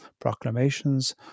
proclamations